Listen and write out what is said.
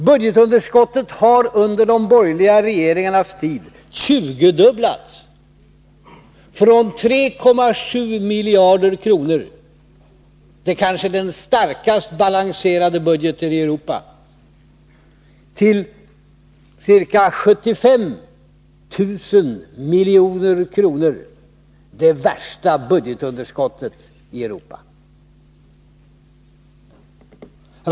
Budgetunderskottet har under de borgerliga regeringarnas tid tjugodubblats — från 3,7 miljarder kronor, den kanske starkast balanserade budgeten i Europa, till ca 75 000 milj.kr., det värsta budgetunderskottet i Europa.